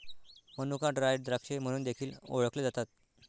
मनुका ड्राय द्राक्षे म्हणून देखील ओळखले जातात